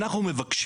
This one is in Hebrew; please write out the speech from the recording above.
אנחנו,